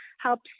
helps